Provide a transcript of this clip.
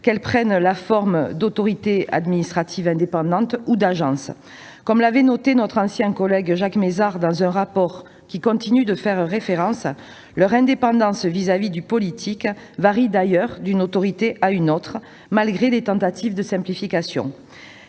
qu'elles prennent la forme d'autorité administrative indépendante ou d'agence. Comme l'avait noté notre ancien collègue Jacques Mézard dans un rapport qui continue de faire référence, leur indépendance à l'égard du politique varie d'une autorité à l'autre, malgré les tentatives de simplification.